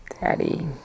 Daddy